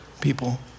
people